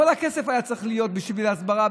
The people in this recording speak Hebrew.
כל הכסף היה צריך להיות בשביל הסברה,